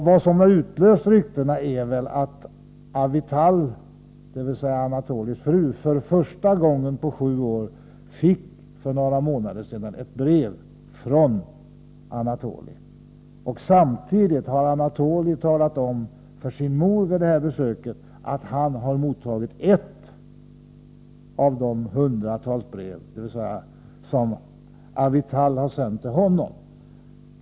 Vad som har utlöst ryktena är väl att Avital, Anatolijs fru, för första gången på sju år fick ett brev från Anatolij för några månader sedan. Samtidigt har Anatolij Sjtjaranskij vid det här besöket talat om för sin mor att han mottagit ett av de hundratals brev som Avital sänt till honom.